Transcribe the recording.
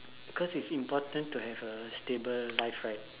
cause it's important to have a stable life right